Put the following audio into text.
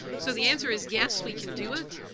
so the answer is yes, we can do it,